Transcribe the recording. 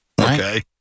Okay